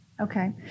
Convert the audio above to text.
Okay